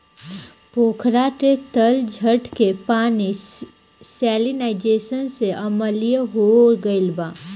पोखरा के तलछट के पानी सैलिनाइज़ेशन से अम्लीय हो गईल बा